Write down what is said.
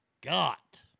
got